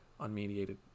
unmediated